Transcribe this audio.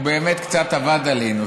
הוא באמת קצת עבד עלינו,